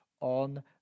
on